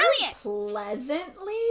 pleasantly